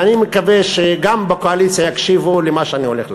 ואני מקווה שגם בקואליציה יקשיבו למה שאני הולך להגיד: